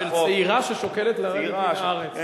של צעירה ששוקלת לרדת מהארץ.